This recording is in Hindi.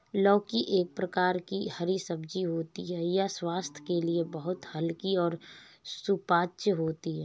लौकी एक प्रकार की हरी सब्जी होती है यह स्वास्थ्य के लिए बहुत हल्की और सुपाच्य होती है